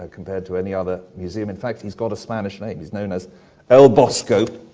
ah compared to any other museum. in fact, he's got a spanish name, he's known as el bosco,